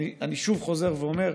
אני חוזר ואומר: